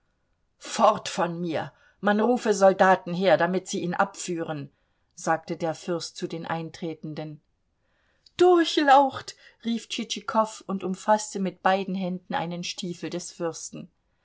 fort von mir man rufe soldaten her damit sie ihn abführen sagte der fürst zu den eintretenden durchlaucht rief tschitschikow und umfaßte mit beiden händen einen stiefel des fürsten